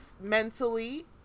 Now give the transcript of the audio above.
mentally